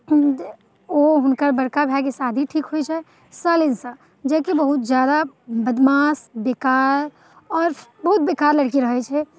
ओ ओ हुनकर बड़का भायके शादी ठीक होइत छै सेलिनसँ जेकि बहुत ज्यादा बदमाश बेकार आओर बहुत बेकार लड़की रहैत छै